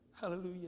Hallelujah